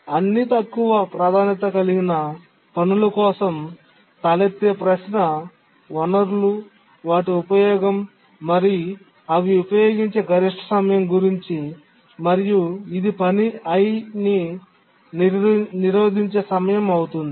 అన్ని తక్కువ ప్రాధాన్యత కలిగిన పనుల కోసం తలెత్తే ప్రశ్న వనరులు వాటి ఉపయోగం మరియు అవి ఉపయోగించే గరిష్ట సమయం గురించి మరియు ఇది పని i ని నిరోధించే సమయం అవుతుంది